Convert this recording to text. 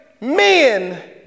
men